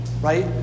right